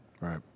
Right